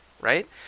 right